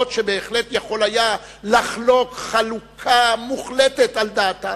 אף-על-פי שבהחלט יכול היה לחלוק חלוקה מוחלטת על דעתם,